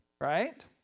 right